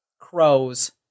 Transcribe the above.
crows